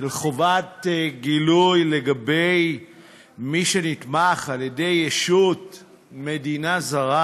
של חובת גילוי לגבי מי שנתמך על-ידי ישות או מדינה זרה,